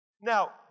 Now